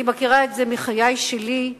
אני מכירה את זה מחיי שלי,